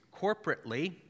Corporately